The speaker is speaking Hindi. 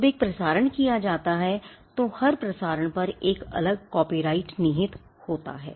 जब एक प्रसारण किया जाता है तो हर प्रसारण पर एक अलग कॉपीराइट निहित होता है